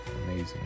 amazing